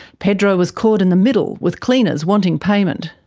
pedro was caught in the middle, with cleaners wanting payment.